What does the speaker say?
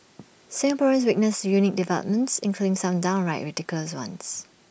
Singaporeans witnessed unique developments including some downright ridiculous ones